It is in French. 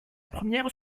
première